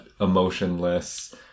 emotionless